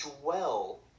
dwell